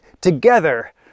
together